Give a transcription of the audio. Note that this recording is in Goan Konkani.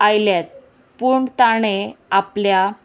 आयल्यात पूण ताणें आपल्या